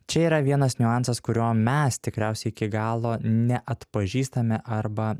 čia yra vienas niuansas kurio mes tikriausiai iki galo neatpažįstame arba